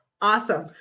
Awesome